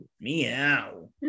Meow